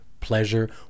pleasure